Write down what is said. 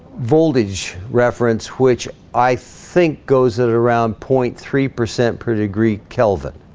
voltage reference which i think goes at around point three percent per degree kelvin